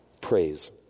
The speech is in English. praise